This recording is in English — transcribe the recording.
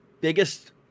biggest